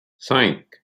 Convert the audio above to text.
cinq